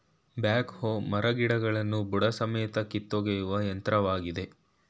back ಹೋ ಮರಗಿಡಗಳನ್ನು ಬುಡಸಮೇತ ಕಿತ್ತೊಗೆಯುವ ಯಂತ್ರವಾಗಿದೆ